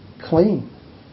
clean